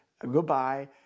goodbye